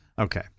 Okay